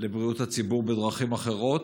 לבריאות הציבור בדרכים אחרות.